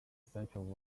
central